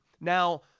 now